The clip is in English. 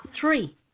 three